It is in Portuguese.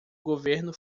governo